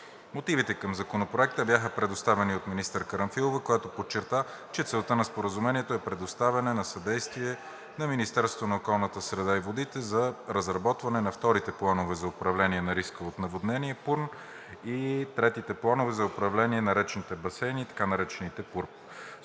Мотивите към Законопроекта бяха представени от министър Карамфилова, която подчерта, че целта на Споразумението е предоставяне на съдействие на Министерството на околната среда и водите за разработване на вторите Планове за управление на риска от наводнения (ПУРН) и третите Планове за управление на речните басейни (ПУРБ).